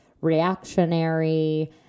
reactionary